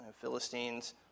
Philistines